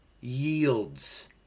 Yields